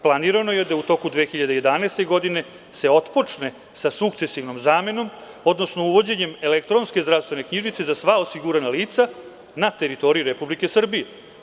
Planirano je da u toku 2011. godine se otpočne sa sukcesivnom zamenom, odnosno uvođenjem elektronske zdravstvene knjižice za sva osigurana lica na teritoriji Republike Srbije.